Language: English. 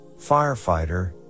firefighter